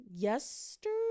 yesterday